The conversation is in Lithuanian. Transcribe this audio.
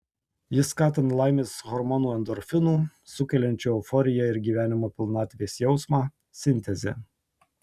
jis skatina laimės hormonų endorfinų sukeliančių euforiją ir gyvenimo pilnatvės jausmą sintezę